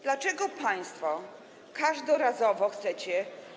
Dlaczego państwo każdorazowo chcecie.